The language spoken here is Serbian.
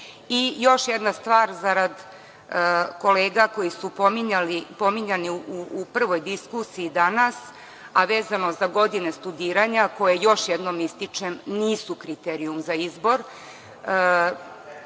jedna stvar zarad kolega koji su pominjani u prvoj diskusiji danas, a vezano za godine studiranja koje, još jednom ističem, nisu kriterijum za izbor.